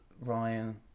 Ryan